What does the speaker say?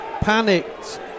panicked